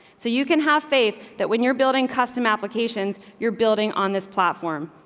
so you can have faith that when you're building custom applications, you're building on this platform